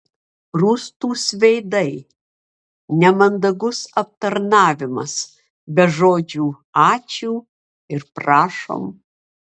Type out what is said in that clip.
rūstūs veidai nemandagus aptarnavimas be žodžių ačiū ir prašom